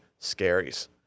scaries